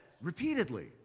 repeatedly